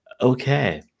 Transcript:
Okay